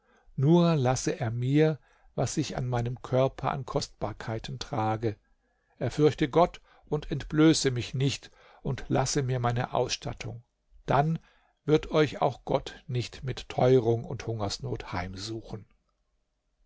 nur lasse er mir was ich an meinem körper an kostbarkeiten trage er fürchte gott und entblöße mich nicht und lasse mir meine ausstattung dann wird euch auch gott nicht mit teurung und hungersnot heimsuchen